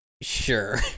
Sure